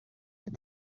that